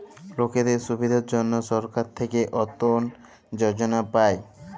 লকদের সুবিধার জনহ সরকার থাক্যে অটল যজলা পায়